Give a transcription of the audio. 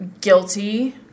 guilty